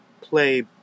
play